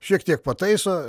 šiek tiek pataiso